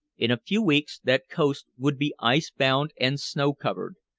in a few weeks that coast would be ice-bound and snow-covered,